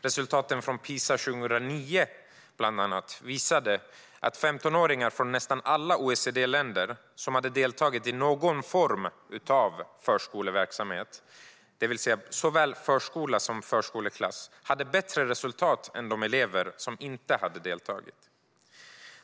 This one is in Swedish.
Resultaten från PISA 2009 visade att 15-åringar från nästan alla OECD-länder som hade deltagit i någon form av förskoleverksamhet - såväl förskola som förskoleklass - hade bättre resultat än de elever som inte hade deltagit.